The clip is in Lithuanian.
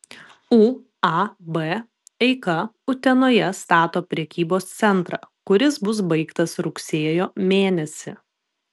uab eika utenoje stato prekybos centrą kuris bus baigtas rugsėjo mėnesį